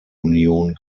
union